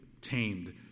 tamed